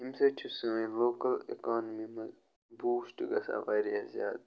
اَمہِ سۭتۍ چھِ سٲنۍ لوکَل اِکانمی منٛز بوٗسٹ گَژھان واریاہ زیادٕ